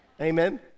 Amen